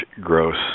gross